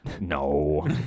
No